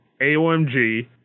AOMG